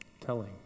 telling